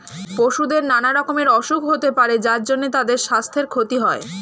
পশুদের নানা রকমের অসুখ হতে পারে যার জন্যে তাদের সাস্থের ক্ষতি হয়